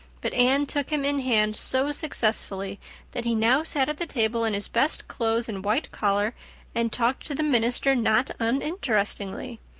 but anne took him in hand so successfully that he now sat at the table in his best clothes and white collar and talked to the minister not uninterestingly.